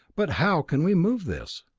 but how can we move this?